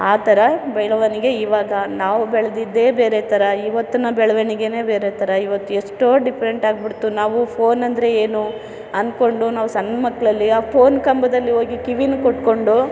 ಆ ಥರ ಬೆಳವಣಿಗೆ ಇವಾಗ ನಾವು ಬೆಳೆದಿದ್ದೇ ಬೇರೆ ಥರ ಇವತ್ತಿನ ಬೆಳವಣಿಗೇನೇ ಬೇರೆ ಥರ ಇವತ್ತು ಎಷ್ಟೋ ಡಿಫ್ರೆಂಟ್ ಆಗ್ಬಿಡ್ತು ನಾವು ಫೋನ್ ಅಂದರೆ ಏನೊ ಅಂದ್ಕೊಂಡು ನಾವು ಸಣ್ಣ ಮಕ್ಕಳಲ್ಲಿ ಆ ಫೋನ್ ಕಾಂಬುದಲ್ಲಿ ಹೋಗಿ ಕಿವಿನೂ ಕೊಟ್ಕೊಂಡು